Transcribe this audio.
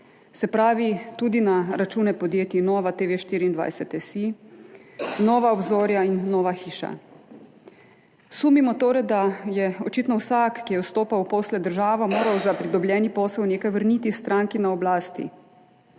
Se pravi, tudi na račune podjetij NovaTV24.si, Nova obzorja in Nova hiša. Sumimo torej, da je očitno vsak, ki je vstopal v posle z državo, moral za pridobljeni posel nekaj vrniti stranki na oblasti.